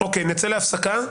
נצא להפסקה.